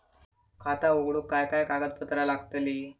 खाता उघडूक काय काय कागदपत्रा लागतली?